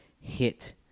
hit